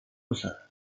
besar